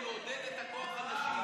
נירה, איזה מקום את ברשימה של יש עתיד?